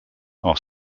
are